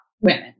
women